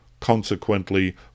Consequently